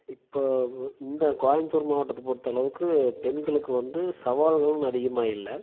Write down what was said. இப்போது இந்த கோயம்புத்தூர் மாவட்டத்தை பொறுத்த அளவுக்கு பெண்களுக்கு வந்து சவால்கள் ஒன்றும் அதிகமாக இல்லை